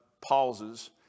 pauses